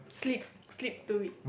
sleep sleep through it